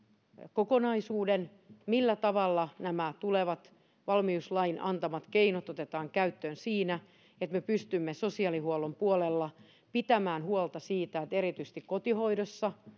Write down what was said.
kokonaisuuden millä tavalla nämä tulevat valmiuslain antamat keinot otetaan käyttöön siinä että me pystymme sosiaalihuollon puolella pitämään huolta siitä että erityisesti kotihoidossa